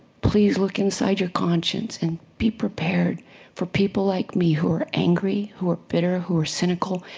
please look inside your conscience and be prepared for people like me who are angry, who are bitter, who are cynical,